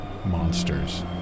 monsters